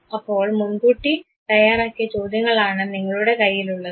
അപ്പോൾ മുൻകൂട്ടി തയ്യാറാക്കിയ ചോദ്യങ്ങളാണ് നിങ്ങളുടെ കയ്യിലുള്ളത്